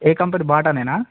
A company బాటనేనా